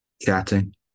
chatting